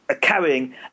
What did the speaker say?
carrying